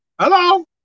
Hello